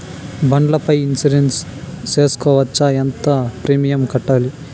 బండ్ల పై ఇన్సూరెన్సు సేసుకోవచ్చా? ఎంత ప్రీమియం కట్టాలి?